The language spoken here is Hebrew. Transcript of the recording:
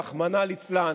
רחמנא ליצלן,